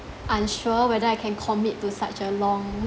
unsure whether I can commit to such a long